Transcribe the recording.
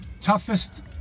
Toughest